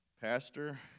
Pastor